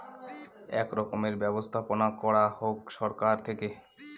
এক রকমের ব্যবস্থাপনা করা হোক সরকার থেকে